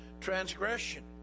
transgression